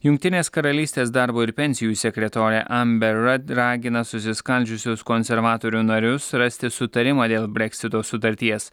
jungtinės karalystės darbo ir pensijų sekretorė amber rad ragina susiskaldžiusius konservatorių narius rasti sutarimą dėl breksito sutarties